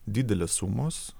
didelės sumos